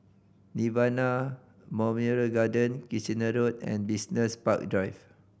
Nirvana Memorial Garden Kitchener Road and Business Park Drive